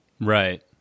Right